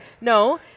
No